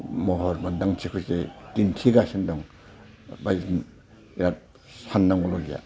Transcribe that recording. महर मोन्दांथिखौ जे दिन्थिगासिनो दं बायदि बिराद साननांगौलागिया